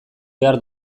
behar